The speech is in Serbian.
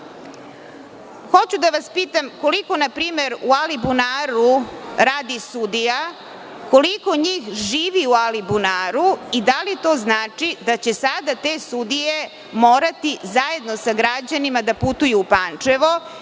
da vas pitam koliko, na primer, u Alibunaru radi sudija, koliko njih živi u Alibunaru i da li to znači da će sada te sudije morati, zajedno sa građanima, da putuju u Pančevo